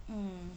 mm